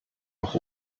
auch